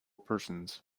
persons